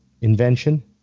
invention